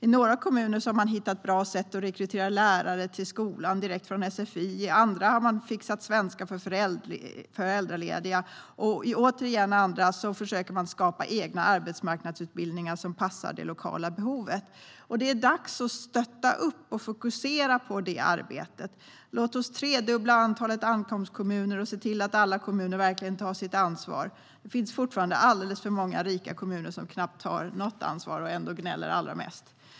I några kommuner har man hittat bra sätt att rekrytera lärare till skolan direkt från sfi. I några har man fixat svenska för föräldralediga. I andra försöker man skapa egna arbetsmarknadsutbildningar som passar det lokala behovet. Det är dags att stötta och fokusera på detta arbete. Låt oss tredubbla antalet ankomstkommuner och se till att alla kommuner verkligen tar sitt ansvar! Det finns fortfarande alldeles för många rika kommuner som knappt tar något ansvar och ändå gnäller allra mest.